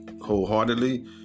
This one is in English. wholeheartedly